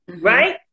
right